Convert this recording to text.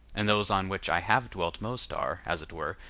and those on which i have dwelt most are, as it were,